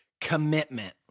commitment